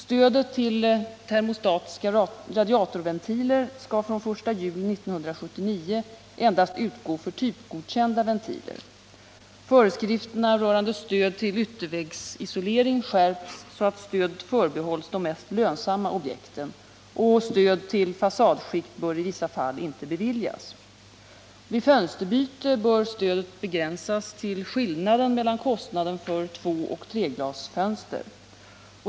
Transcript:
Stödet till termostatiska radiatorventiler skall från den 1 juli 1979 endast utgå för typgodkända ventiler. Föreskrifterna rörande stöd till ytterväggsisolering skärps så att stödet förbehålls de mest lönsamma objekten, och stöd till fasadskikt bör i vissa fall inte beviljas. Vid fönsterbyte bör stödet begränsas till skillnaden mellan kostnaden för tvåoch treglasfönster.